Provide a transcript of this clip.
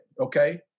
okay